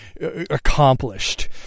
Accomplished